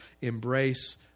embrace